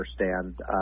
understand